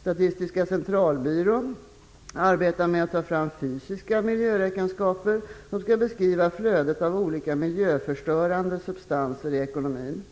Statistiska centralbyrån arbetar med att ta fram fysiska miljöräkenskaper, som skall beskriva flödet av olika miljöförstörande substanser i ekonomin.